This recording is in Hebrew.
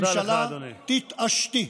ממשלה, תתעשתי.